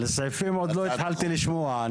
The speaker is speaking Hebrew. על הסעיפים עוד לא התחלתי לשמוע.